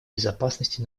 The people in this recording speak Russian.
безопасности